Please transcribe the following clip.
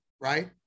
Right